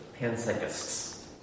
Panpsychists